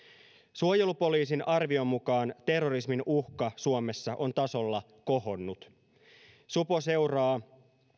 suojelupoliisin arvion mukaan terrorismin uhka suomessa on tasolla kohonnut supo seuraa